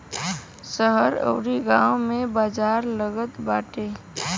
शहर अउरी गांव में बाजार लागत बाटे